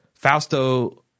Fausto